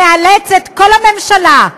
מאלץ את כל הממשלה,